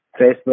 Facebook